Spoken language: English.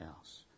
else